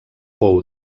pou